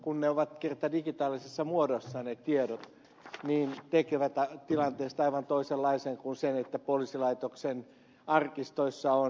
kun ne tiedot ovat kerta digitaalisessa muodossa ne tiedot jotka niin tekivät tekevät tilanteesta aivan toisenlaisen kuin se että poliisilaitoksen arkistoissa on näitä